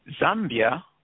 Zambia